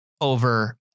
over